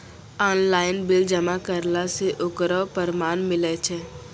Online bill जमा करला से ओकरौ परमान मिलै छै?